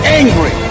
angry